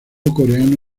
coreano